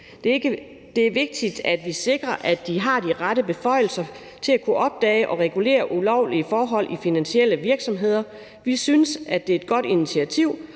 Det er vigtigt, at vi sikrer, at tilsynet har de rette beføjelser til at kunne opdage og regulere ulovlige forhold i finansielle virksomheder. Vi synes, at det er et godt initiativ